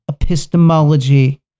epistemology